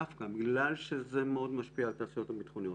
דווקא בגלל שזה מאוד משפיע על התעשיות הביטחוניות,